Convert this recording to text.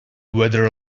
weather